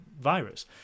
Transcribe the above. virus